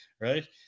right